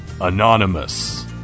Anonymous